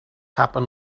happen